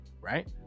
right